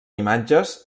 imatges